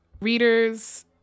Readers